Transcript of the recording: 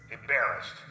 Embarrassed